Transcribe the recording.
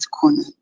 corner